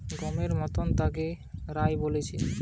গটে রকমকার গ্যাসীয় শস্য যেটা গমের মতন তাকে রায় বলতিছে